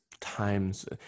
times